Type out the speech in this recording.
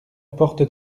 porte